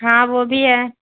ہاں وہ بھی ہے